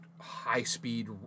high-speed